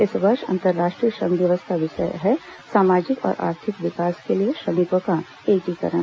इस वर्ष अंतर्राष्ट्रीय श्रम दिवस का विषय है सामाजिक और आर्थिक विकास के लिए श्रमिकों का एकीकरण